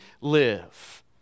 live